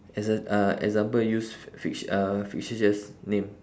exa~ uh example use fic~ uh fictitious name